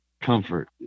comfort